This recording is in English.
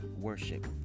worship